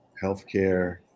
Healthcare